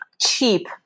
cheap